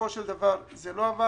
בסופו של דבר, זה לא עבד,